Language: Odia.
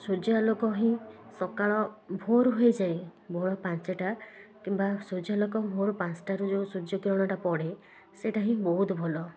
ସୂର୍ଯ୍ୟାଲୋକ ହିଁ ସକାଳ ଭୋର ହୋଇଯାଏ ଭୋର ପାଞ୍ଚଟା କିମ୍ବା ସୂର୍ଯ୍ୟାଲୋକ ଭୋର ପାଞ୍ଚ ଟାରୁ ଯେଉଁ ସୂର୍ଯ୍ୟକିରଣଟା ପଡ଼େ ସେଇଟା ହିଁ ବହୁତ ଭଲ